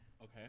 Okay